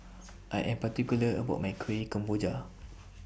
I Am particular about My Kueh Kemboja